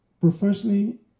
professionally